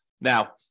Now